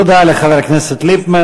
תודה לחבר הכנסת ליפמן.